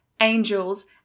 angels